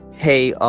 hey, ah